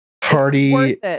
Party